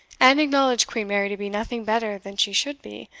and acknowledge queen mary to be nothing better than she should be,